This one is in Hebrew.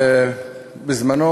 בזמנה,